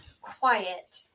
Quiet